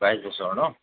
বাইছ বছৰ ন'